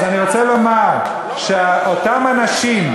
אז אני רוצה לומר שאותם אנשים,